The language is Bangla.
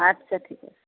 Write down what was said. আচ্ছা ঠিক আছে